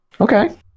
Okay